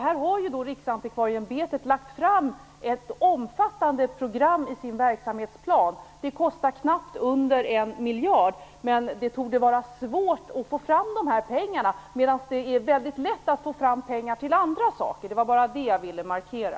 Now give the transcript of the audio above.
Här har Riksantikvarieämbetet lagt fram ett omfattande program i sin verksamhetsplan, som kostar knappt en miljard. Det torde dock vara svårt att få fram de pengarna, medan det är väldigt lätt att få fram pengar till andra saker. Det var bara det jag ville markera.